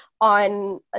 on